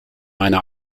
meine